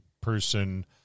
person